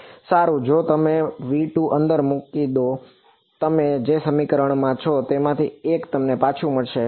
સારું હા જો તમે V2 અંદર મૂકી દો તમે જે સમીકરણો માં છો તેમાંથી એક તમને પાછું મળશે